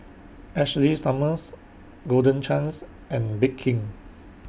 Ashley Summers Golden Chance and Bake King